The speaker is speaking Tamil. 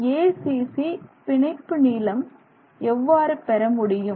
acc பிணைப்பு நீளம் எவ்வாறு பெற முடியும்